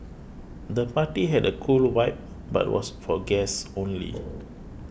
the party had a cool vibe but was for guests only